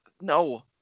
No